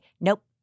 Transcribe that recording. nope